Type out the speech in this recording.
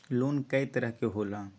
Loan कय तरह के होला?